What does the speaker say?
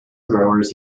growers